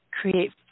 create